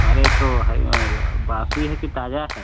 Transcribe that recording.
अरे तो है बासी है कि ताजा है